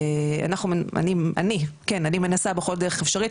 ואני מנסה בכל דרך אפשרית,